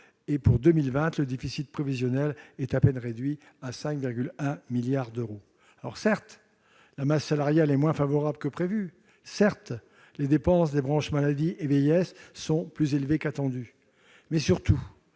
Pour 2020, le déficit prévisionnel est à peine réduit à 5,1 milliards d'euros. Certes, la masse salariale est moins favorable que prévue, certes les dépenses des branches maladie et vieillesse sont plus élevées qu'attendues, mais, surtout,